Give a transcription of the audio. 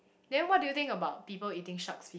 then what do you think about people eating sharks